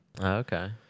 Okay